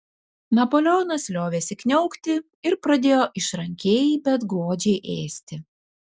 napoleonas liovėsi kniaukti ir pradėjo išrankiai bet godžiai ėsti